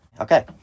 Okay